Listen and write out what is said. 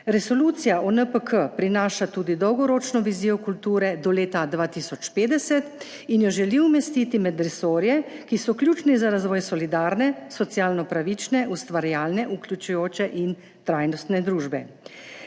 Resolucija o NPK prinaša tudi dolgoročno vizijo kulture do leta 2050 in jo želi umestiti med resorje, ki so ključni za razvoj solidarne, socialno pravične, ustvarjalne, vključujoče in trajnostne družbe.